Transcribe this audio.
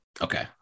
Okay